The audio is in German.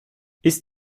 ist